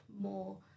more